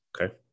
Okay